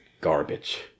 garbage